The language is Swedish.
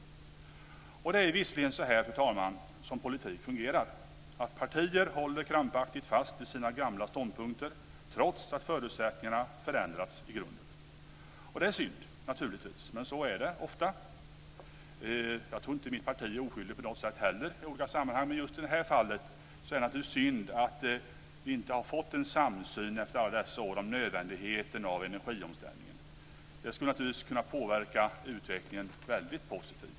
Det är visserligen så här, fru talman, som politik fungerar, att partier krampaktigt håller fast vid sina gamla ståndpunkter trots att förutsättningarna förändrats i grunden. Det är naturligtvis synd, men så är det ofta. Jag tror inte att heller mitt parti är oskyldigt i olika sammanhang. Men just i det här fallet är det synd att vi efter alla dessa år inte har nått en samsyn om nödvändigheten av energiomställningen. Det skulle naturligtvis kunna påverka utvecklingen väldigt positivt.